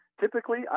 typically